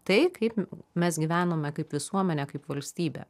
tai kaip mes gyvenome kaip visuomenė kaip valstybė